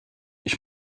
ich